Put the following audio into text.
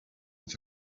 with